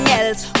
else